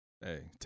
Hey